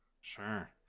sure